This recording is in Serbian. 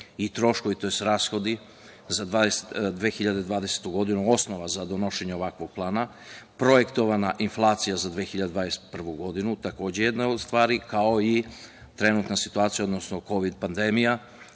i troškovi, tj. rashodi za 2020. godinu osnova za donošenje ovakvog plana. Projektovana inflacija za 2021. godinu takođe je jedna od stvari, kao i trenutna situacija, odnosno Kovid pandemija